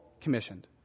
commissioned